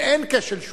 אם אין כשל שוק,